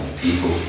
people